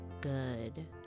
good